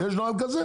יש נוהל כזה?